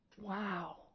wow